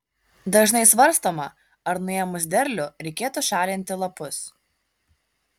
dažnai svarstoma ar nuėmus derlių reikėtų šalinti lapus